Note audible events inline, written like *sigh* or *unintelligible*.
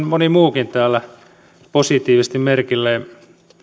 *unintelligible* moni muukin täällä positiivisesti merkille